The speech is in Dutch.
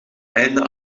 einde